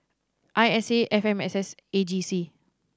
I S A F M S S and A G C